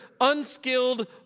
unskilled